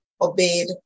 obeyed